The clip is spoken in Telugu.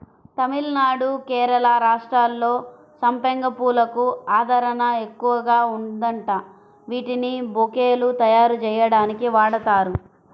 తమిళనాడు, కేరళ రాష్ట్రాల్లో సంపెంగ పూలకు ఆదరణ ఎక్కువగా ఉందంట, వీటిని బొకేలు తయ్యారుజెయ్యడానికి వాడతారు